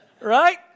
right